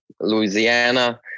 Louisiana